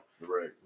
Right